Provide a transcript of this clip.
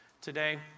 today